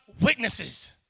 witnesses